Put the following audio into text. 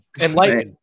Enlightened